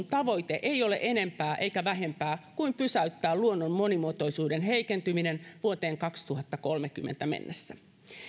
tavoite ei ole enempää eikä vähempää kuin pysäyttää luonnon monimuotoisuuden heikentyminen vuoteen kaksituhattakolmekymmentä mennessä